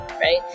right